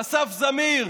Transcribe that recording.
אסף זמיר,